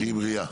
שתהי בריאה.